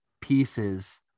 pieces